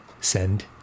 Send